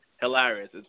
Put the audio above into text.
hilarious